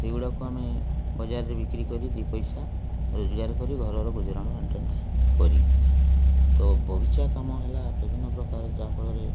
ସେଗୁଡ଼ାକୁ ଆମେ ବଜାରରେ ବିକ୍ରି କରି ଦୁଇ ପଇସା ରୋଜଗାର କରି ଘରର ଗୁଜୁରାଣ ମେଣ୍ଟନସ୍ କରି ତ ବଗିଚା କାମ ହେଲା ବିଭିନ୍ନ ପ୍ରକାର ଯାହାଫଳରେ